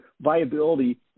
Viability